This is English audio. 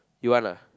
you want